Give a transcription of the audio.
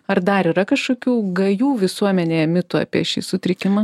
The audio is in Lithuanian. ar dar yra kažkokių gajų visuomenėje mitų apie šį sutrikimą